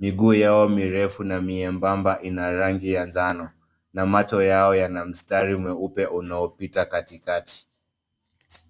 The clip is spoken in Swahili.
Miguu yao mirefu na miembamba inarangi ya manjano na macho yao yana mustari mweupe unaopita katikati.